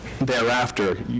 thereafter